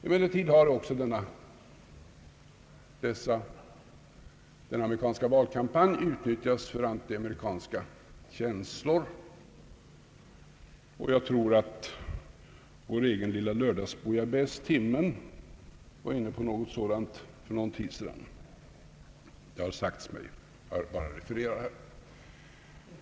Emellertid har också denna amerikanska valkampanj utnyttjats för antiamerikanska känslor, och jag tror att vår egen lilla lördagsbouillabaisse Timmen var inne på någonting sådant för en tid sedan — det har sagts mig, och jag bara refererar det.